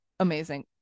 Amazing